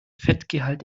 fettgehalt